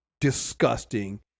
disgusting